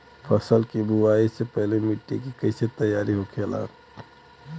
फसल की बुवाई से पहले मिट्टी की कैसे तैयार होखेला?